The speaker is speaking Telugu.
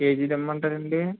కేజీదిమంటరాండి